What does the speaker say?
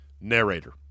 Narrator